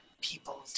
people